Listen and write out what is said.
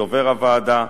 דובר הוועדה,